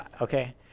Okay